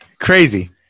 Crazy